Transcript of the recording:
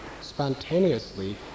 spontaneously